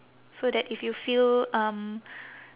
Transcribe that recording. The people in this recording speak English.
so that if you feel um